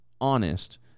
honest